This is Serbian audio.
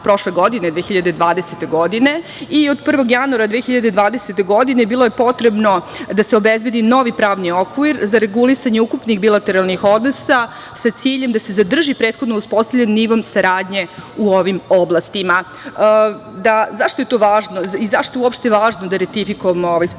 prošle godine, 2020. godine, i od 1. januara 2021. godine bilo je potrebno da se obezbedi novi pravni okvir za regulisanje ukupnih bilateralnih odnosa sa ciljem da se zadrži prethodno uspostavljeni nivo saradnje u ovim oblastima.Zašto je to važno i zašto je uopšte važno da ratifikujemo ovaj sporazum?